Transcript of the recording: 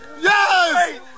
Yes